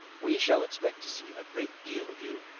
we shall expect to see a great deal of you,